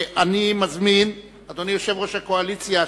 אדוני יושב-ראש הקואליציה,